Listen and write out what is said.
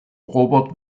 robert